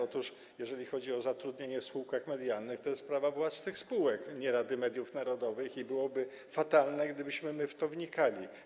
Otóż jeżeli chodzi o zatrudnienie w spółkach medialnych, ta sprawa dotyczyła tych spółek, nie Rady Mediów Narodowych, i byłoby fatalnie, gdybyśmy my w to wnikali.